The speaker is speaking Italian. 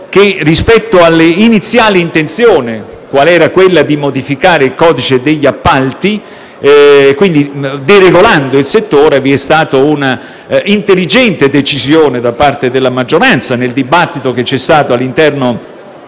Rispetto all'iniziale intenzione di modificare il codice degli appalti, deregolando il settore, vi è stata un'intelligente decisione, da parte della maggioranza, nel dibattito che ha avuto luogo all'interno